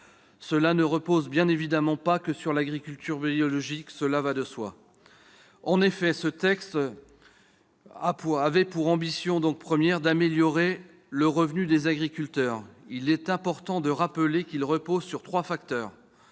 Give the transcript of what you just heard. Cela ne repose bien évidemment pas que sur l'agriculture biologique, cela va de soi. En effet, ce texte avait pour ambition première d'améliorer le revenu des agriculteurs. Il est important de rappeler que cela repose sur trois facteurs